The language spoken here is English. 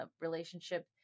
relationship